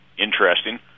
interesting